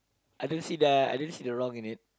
I don't see the I don't see the wrong in it